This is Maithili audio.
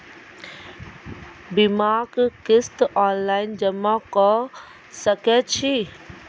बीमाक किस्त ऑनलाइन जमा कॅ सकै छी?